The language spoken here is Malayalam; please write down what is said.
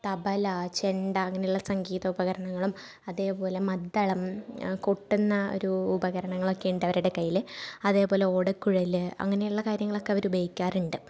തബല ചെണ്ട അങ്ങനെയുള്ള സംഗീത ഉപകരണങ്ങളും അതേപോലെ മദ്ദളം കൊട്ടൻ നാരു ഉപകാരണങ്ങളൊക്കെയുണ്ട് അവരുടെ കൈകളിൽ അതേപോലെ ഓടക്കുഴൽ അങ്ങനെയുള്ള കാര്യങ്ങളൊക്കെ അവർ ഉപയോഗിക്കാറുണ്ട്